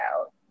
out